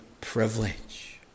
privilege